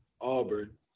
Auburn